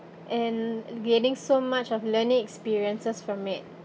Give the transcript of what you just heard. and gaining so much of learning experiences from it